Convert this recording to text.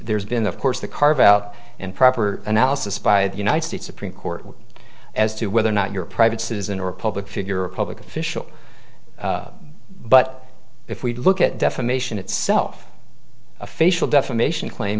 there's been of course the carve out and proper analysis by the united states supreme court as to whether or not you're a private citizen or a public figure a public official but if we look at defamation itself a facial defamation claim